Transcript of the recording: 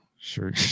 sure